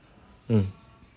mm